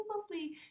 lovely